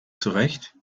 zurecht